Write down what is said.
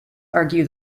argue